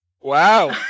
Wow